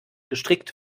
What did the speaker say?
gestrickt